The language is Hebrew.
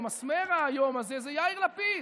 או מסמר היום הזה זה יאיר לפיד,